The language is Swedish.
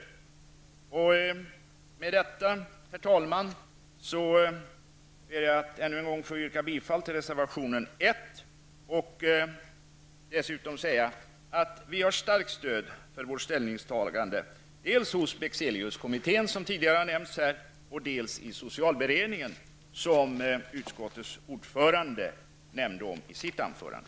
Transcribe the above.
Herr talman! Med detta ber jag att än en gång få yrka bifall till reservation 1. Jag vill dessutom säga att vi har ett starkt stöd för vårt ställningstagande dels hos Bexeliuskommittén som tidigare har nämnts, dels i socialberedningen, som utskottets ordförande nämnde i sitt anförande.